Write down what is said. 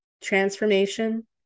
transformation